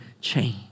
change